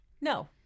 no